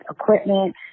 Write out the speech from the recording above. equipment